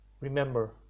remember